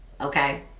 Okay